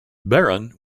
barron